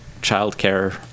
childcare